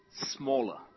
smaller